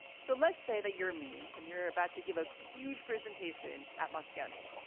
so let's say that you're me and you're about to give a huge presentation at musconi.